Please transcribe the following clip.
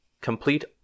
Complete